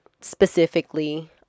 specifically